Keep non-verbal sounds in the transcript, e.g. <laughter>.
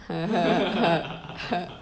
<laughs>